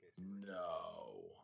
No